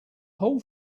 whole